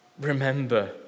Remember